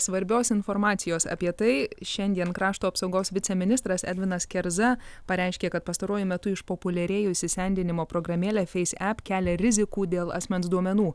svarbios informacijos apie tai šiandien krašto apsaugos viceministras edvinas kerza pareiškė kad pastaruoju metu išpopuliarėjusi sendinimo programėlė feis ep kelia rizikų dėl asmens duomenų